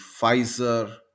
Pfizer